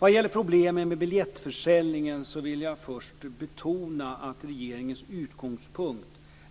Vad gäller problemen med biljettförsäljningen vill jag först betona att regeringens utgångspunkt